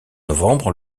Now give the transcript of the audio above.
novembre